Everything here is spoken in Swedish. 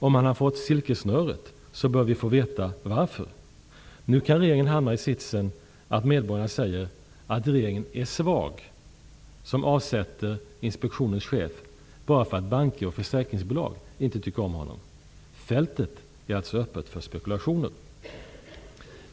Om han fått silkessnöret bör vi få veta varför. Nu kan regeringen hamna i sitsen att medborgarna säger att regeringen är svag som avsätter finansinspektionens chef bara därför att banker och försäkringsbolag inte tycker om honom. Fältet är alltså vidöppet för spekulationer.''